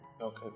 Okay